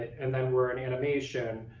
and then we're in animation,